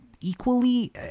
equally